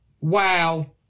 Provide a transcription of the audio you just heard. Wow